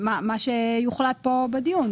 מה שיוחלט כאן בדיון.